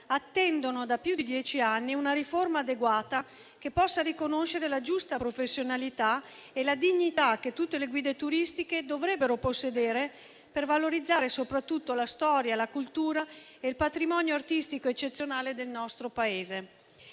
attendono da più di dieci anni una riforma adeguata che possa riconoscere la giusta professionalità e la dignità che tutte le guide turistiche dovrebbero possedere per valorizzare soprattutto la storia, la cultura e l'eccezionale patrimonio artistico del nostro Paese.